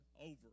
over